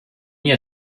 jahr